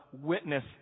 witness